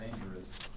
dangerous